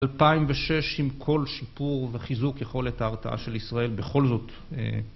ב-2006 עם כל שיפור וחיזוק יכולת ההרתעה של ישראל בכל זאת